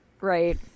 right